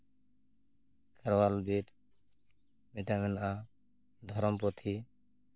ᱠᱷᱮᱨᱣᱟᱞ ᱵᱤᱨ ᱢᱤᱫᱴᱟᱝ ᱢᱮᱱᱟᱜᱼᱟ ᱫᱷᱚᱨᱚᱢ ᱯᱩᱛᱷᱤ